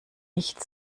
nicht